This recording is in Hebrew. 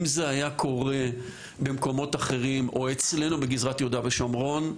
אם זה היה קורה במקומות אחרים או אצלנו בגזרת יהודה ושומרון,